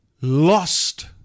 lost